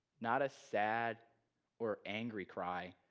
not a sad or angry cry,